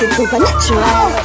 supernatural